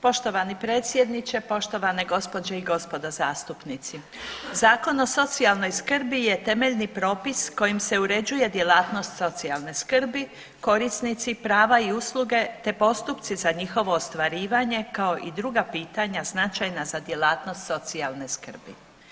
Poštovani predsjedniče, poštovane gospođe i gospodo zastupnici, Zakon o socijalnoj skrbi je temeljni propis kojim se uređuje djelatnost socijalne skrbi, korisnici, prava i usluge te postupci za njihovo ostvarivanje kao i druga pitanja značajna za djelatnost socijalne skrbi.